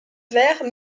vert